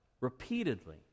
repeatedly